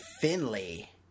Finley